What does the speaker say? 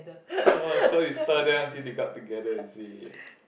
oh so you stir them until they got together is it